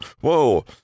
whoa